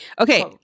Okay